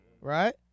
right